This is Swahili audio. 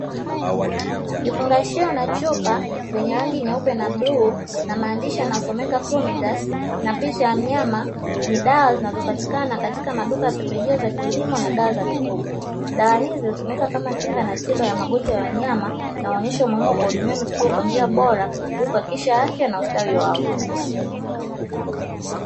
Kifungashio na chupa venye rangi nyeupe na bluu na maandishi yanayosomeka "kumitasi" na picha ya mnyama ni dawa za kupatikana katika maduka ya pembejeo za kilimo na dawa za mifugo, dawa hii iliyotumika kama kinga na tiba ya magonjwa ya wanyama inayo onyesha umeamua kuwahudumia mifugo kwa njia bora kuhakikisha afya na ustawi wao.